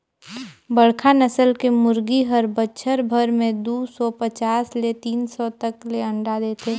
बड़खा नसल के मुरगी हर बच्छर भर में दू सौ पचास ले तीन सौ तक ले अंडा देथे